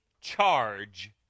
charge